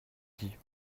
dis